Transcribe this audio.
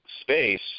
space